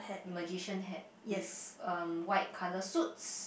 magician hat with um white colour suits